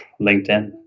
LinkedIn